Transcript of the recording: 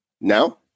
Now